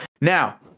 Now